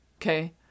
Okay